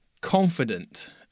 confident